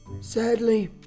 Sadly